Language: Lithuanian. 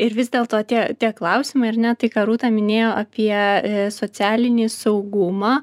ir vis dėlto tie tie klausimai ar ne tai ką rūta minėjo apie socialinį saugumą